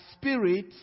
spirit